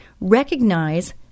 Recognize